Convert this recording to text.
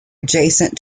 adjacent